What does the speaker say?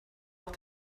auch